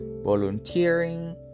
volunteering